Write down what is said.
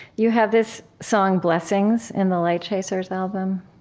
you have this song, blessings, in the light chasers album.